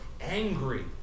angry